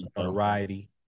variety